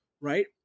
Right